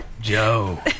Joe